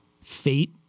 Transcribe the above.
fate